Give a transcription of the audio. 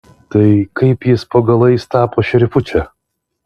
tai kaip jis po galais tapo šerifu čia